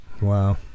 Wow